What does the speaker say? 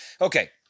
Okay